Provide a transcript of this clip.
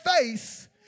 face